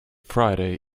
friday